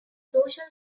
social